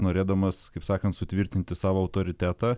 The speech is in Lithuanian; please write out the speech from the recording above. norėdamas kaip sakant sutvirtinti savo autoritetą